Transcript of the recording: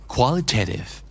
Qualitative